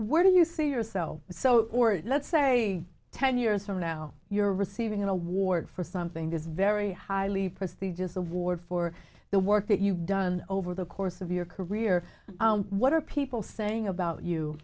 where do you see yourself so let's say ten years from now you're receiving an award for something that is very highly prestigious award for the work that you've done over the course of your career what are people saying about you